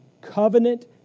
Covenant